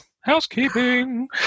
housekeeping